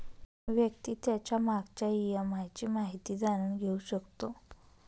व्यक्ती त्याच्या मागच्या ई.एम.आय ची माहिती जाणून घेऊ शकतो